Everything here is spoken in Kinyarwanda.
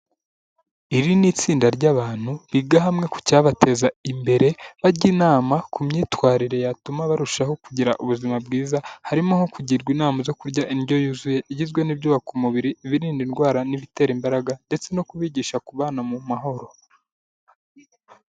Iri ni itsinda ry'abantu biga hamwe ku cyabateza imbere, bajya inama ku myitwarire yatuma barushaho kugira ubuzima bwiza, harimo nko kugirwa inama zo kurya indyo yuzuye, igizwe n'ibyubaka umubiri, birinda indwara, n'ibitera imbaraga, ndetse no kubigisha kubana mu mahoro.